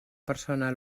persona